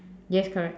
yes correct